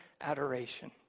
adoration